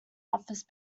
office